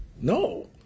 No